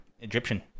Egyptian